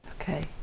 Okay